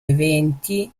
eventi